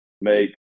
make